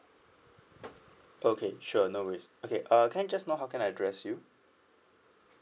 okay sure no worries okay uh can I just know how can I address you